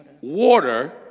water